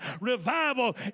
Revival